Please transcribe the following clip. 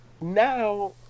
now